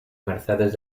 mercedes